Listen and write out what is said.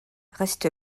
reste